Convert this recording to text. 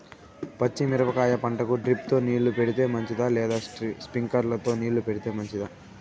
పచ్చి మిరపకాయ పంటకు డ్రిప్ తో నీళ్లు పెడితే మంచిదా లేదా స్ప్రింక్లర్లు తో నీళ్లు పెడితే మంచిదా?